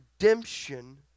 redemption